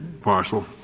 parcel